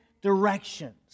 directions